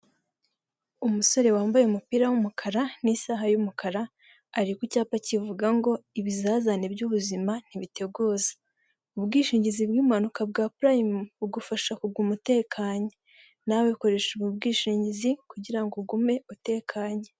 Umusore wambaye umupira w'umukara n'isaha y'umukara ari ku cyapa kivuga ngo ibizazane by'ubuzima ntibiteguza, ubwishingizi bw'impanuka bwa purayime bugufasha kuguma utekanye, nawe koreshe ubwo bwishingizi kugirango ugume utekanye.